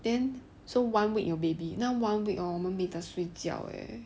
then so one week 有 baby 那 one week hor 我们没得睡觉 leh